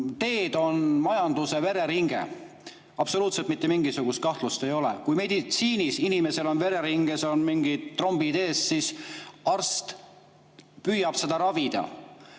teed on majanduse vereringe. Absoluutselt mitte mingisugust kahtlust ei ole. Kui inimese vereringes on mingid trombid ees, siis arst püüab seda ravida.